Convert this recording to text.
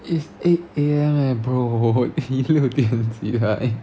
it's eight A_M leh bro 你六点起来